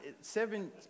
seven